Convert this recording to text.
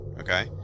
okay